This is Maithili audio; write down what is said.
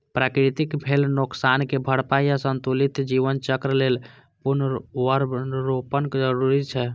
प्रकृतिक भेल नोकसानक भरपाइ आ संतुलित जीवन चक्र लेल पुनर्वनरोपण जरूरी छै